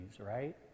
right